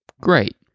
great